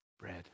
bread